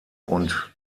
und